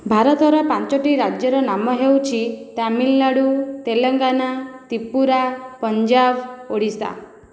ଭାରତର ପାଞ୍ଚଟି ରାଜ୍ୟର ନାମ ହେଉଛି ତାମିଲନାଡ଼ୁ ତେଲେଙ୍ଗାନା ତ୍ରିପୁରା ପଞ୍ଜାବ ଓଡ଼ିଶା